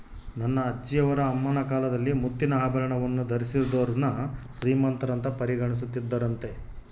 ನನ್ನ ಅಜ್ಜಿಯವರ ಅಮ್ಮನ ಕಾಲದಲ್ಲಿ ಮುತ್ತಿನ ಆಭರಣವನ್ನು ಧರಿಸಿದೋರ್ನ ಶ್ರೀಮಂತರಂತ ಪರಿಗಣಿಸುತ್ತಿದ್ದರಂತೆ